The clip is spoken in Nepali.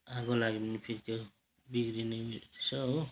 आगो लाग्यो भने फेरि त्यो बिग्रिने रहेछ हो